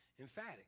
emphatic